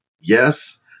Yes